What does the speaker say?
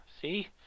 See